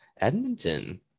Edmonton